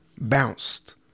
bounced